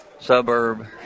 suburb